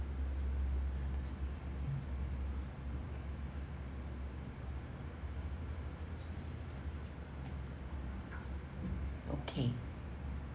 okay